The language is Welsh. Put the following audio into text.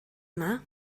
yma